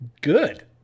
Good